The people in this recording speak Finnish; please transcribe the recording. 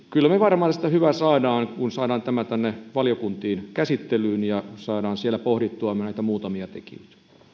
kyllä me varmaan tästä hyvän saamme kun saamme tämän tänne valiokuntiin käsittelyyn ja siellä pohdittua näitä muutamia tekijöitä